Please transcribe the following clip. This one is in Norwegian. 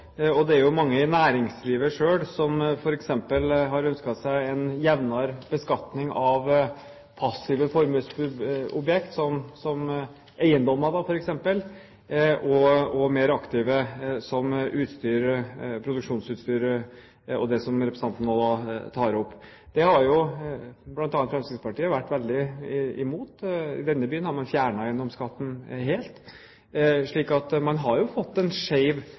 og det er jo mange i næringslivet selv som har ønsket seg en jevnere beskatning av passive formuesobjekt, som eiendommer, f.eks., og mer aktive, som produksjonsutstyr og det som representanten nå tar opp. Dette har jo bl.a. Fremskrittspartiet vært veldig imot. I denne byen har man fjernet eiendomsskatten helt, slik at man har fått en